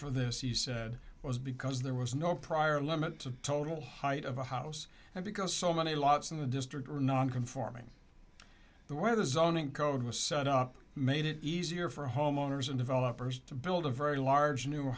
for this he said was because there was no prior limit to total height of a house because so many lots in the district are non conforming the weather zoning code was set up made it easier for homeowners and developers to build a very large new